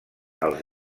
els